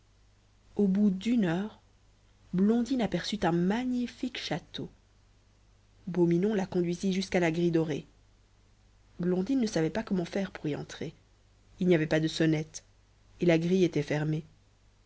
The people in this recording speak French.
au bout d'une heure blondine aperçut un magnifique château beau minon la conduisit jusqu'à la grille dorée blondine ne savait pas comment faire pour y entrer il n'y avait pas de sonnette et la grille était fermée